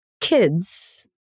kids